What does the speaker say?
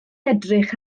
edrych